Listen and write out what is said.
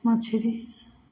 मछरी